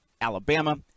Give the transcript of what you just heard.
Alabama